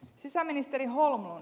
sisäministeri holmlund